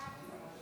טוב.